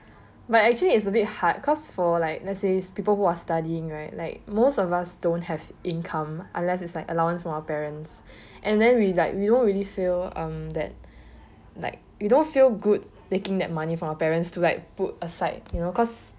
but actually it's a bit hard because for like let's says people who are studying right like most of us don't have income unless is like allowance from our parents and then we like we don't really feel um that like you don't feel good taking that money from our parents to like put aside you know cause